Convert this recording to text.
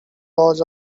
laws